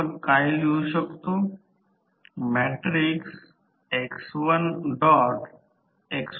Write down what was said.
म्हणूनच copper loss होणे कमी कार्यक्षमतेत आयन लॉस कॉपर लॉस तर हे 0